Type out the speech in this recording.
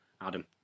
Adam